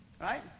right